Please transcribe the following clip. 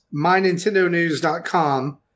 myNintendoNews.com